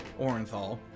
Orenthal